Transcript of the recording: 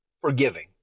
forgiving